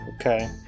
okay